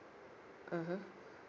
mmhmm